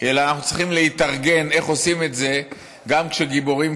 אלא אנחנו צריכים להתארגן איך עושים את זה גם כשגיבורים